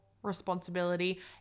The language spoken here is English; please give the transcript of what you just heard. responsibility